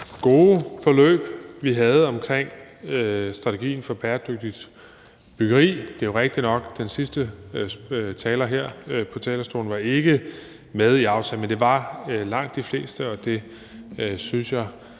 gode forløb, vi havde omkring strategien for bæredygtigt byggeri. Det er rigtigt nok, at den sidste taler på talerstolen her ikke er med i aftalen, men det er langt de fleste, og det synes jeg